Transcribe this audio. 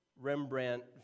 Rembrandt